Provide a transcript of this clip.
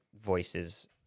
voices